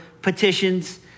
petitions